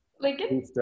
Lincoln